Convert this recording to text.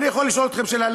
אני יכול לשאול אתכם שאלה?